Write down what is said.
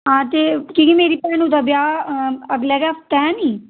हां ते की जे मेरी भैनूं दा ब्याह् अगले गै हफ्तै निं